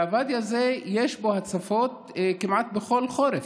והוואדי הזה, יש בו הצפות כמעט בכל חורף.